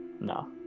No